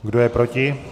Kdo je proti?